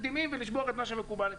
תקדימים ולשבור את מה שמקובל אצלם.